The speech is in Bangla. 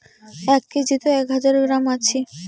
এক কেজিত এক হাজার গ্রাম আছি